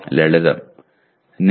ലളിതം